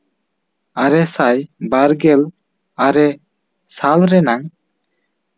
ᱟᱨᱮ ᱥᱟᱭ ᱵᱟᱨᱜᱮᱞ ᱟᱨᱮ ᱥᱟᱞ ᱨᱮᱱᱟᱝ